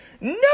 No